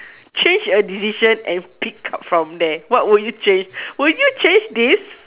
change a decision and pick out from there what would you change would you change this